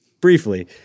Briefly